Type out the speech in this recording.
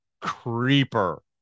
creeper